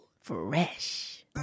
fresh